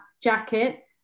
jacket